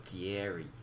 Gary